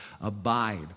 abide